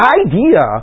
idea